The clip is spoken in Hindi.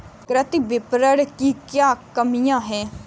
कृषि विपणन की क्या कमियाँ हैं?